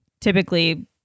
typically